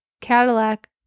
cadillac